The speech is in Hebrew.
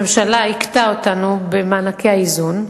הממשלה הכתה אותנו במענקי האיזון,